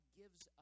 gives